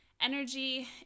energy